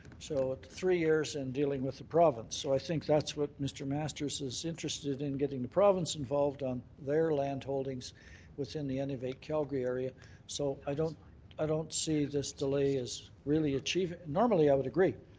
so three years and dealing with the province. so i think that's what mr. masters is interested in getting the province involved on their land holdings within the innovate calgary area so i don't i don't see this delay is really normally i would agree.